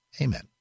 Amen